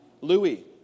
Louis